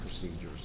procedures